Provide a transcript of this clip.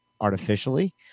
artificially